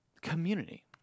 community